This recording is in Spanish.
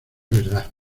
verdad